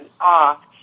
off